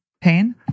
pain